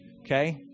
Okay